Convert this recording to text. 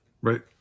Right